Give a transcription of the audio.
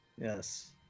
yes